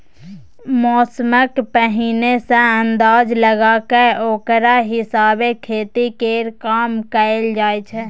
मौसमक पहिने सँ अंदाज लगा कय ओकरा हिसाबे खेती केर काम कएल जाइ छै